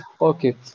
okay